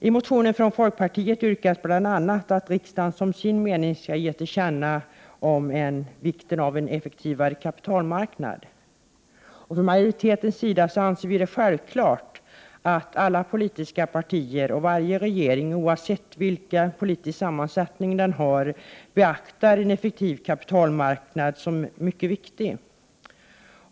I motionen från folkpartiet yrkas bl.a. att riksdagen som sin mening skall ge regeringen till känna ett uttalande om vikten av en effektivare kapitalmarknad. Från majoritetens sida anser vi det självklart att alla politiska partier och varje regering, oavsett vilken politisk sammansättning den har, beaktar en effektiv kapitalmarknad som mycket viktig.